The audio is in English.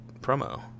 promo